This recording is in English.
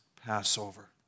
Passover